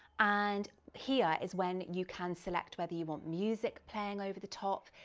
and here is when you can select whether you want music playing over the top.